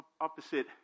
opposite